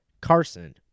Carson